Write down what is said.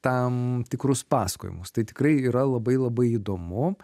tam tikrus pasakojimus tai tikrai yra labai labai įdomu